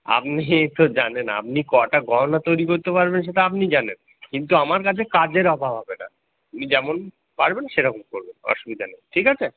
আপনি তো জানেন আপনি কটা গহনা তৈরি করতে পারবেন সেটা আপনি জানেন কিন্তু আমার কাছে কাজের অভাব হবে না যেমন পারবেন সেরকম করবেন অসুবিধা নেই ঠিক আছে